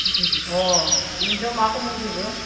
अ बेनोथ' मा समाव जोबो